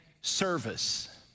service